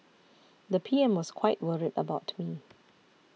the P M was quite worried about me